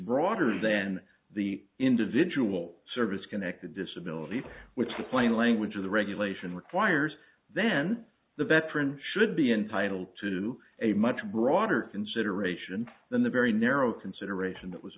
broader then the individual service connected disability which the plain language of the regulation requires then the veteran should be entitled to a much broader consideration than the very narrow consideration that was